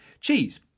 cheese